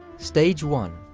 stage one